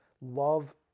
love